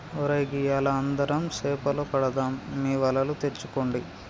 ఒరై గియ్యాల అందరం సేపలు పడదాం మీ వలలు తెచ్చుకోండి